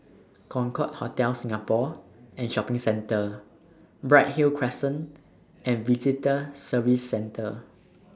Concorde Hotel Singapore and Shopping Centre Bright Hill Crescent and Visitor Services Centre